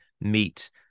meet